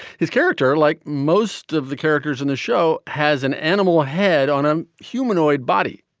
his character, like most of the characters in the show, has an animal head on a humanoid body.